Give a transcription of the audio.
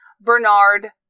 Bernard